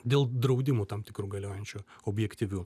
dėl draudimų tam tikrų galiojančių objektyvių